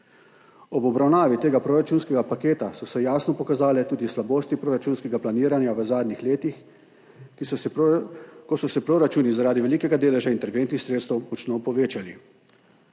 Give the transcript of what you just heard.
Ob obravnavi tega proračunskega paketa so se jasno pokazale tudi slabosti proračunskega planiranja v zadnjih letih, ko so se proračuni zaradi velikega deleža interventnih sredstev močno povečali.